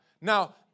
Now